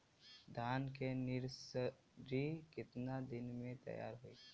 धान के नर्सरी कितना दिन में तैयार होई?